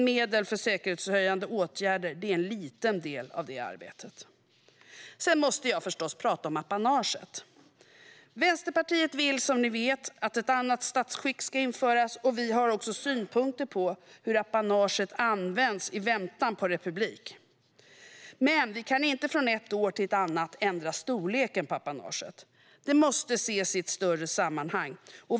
Medel för säkerhetshöjande åtgärder är en liten del av detta arbete. Jag måste förstås tala om apanaget. Vänsterpartiet vill, som ni vet, att ett annat statsskick ska införas. Vi har också synpunkter på hur apanaget används i väntan på republik. Vi kan dock inte från ett år till ett annat ändra storleken på apanaget. Det måste ses i ett större sammanhang.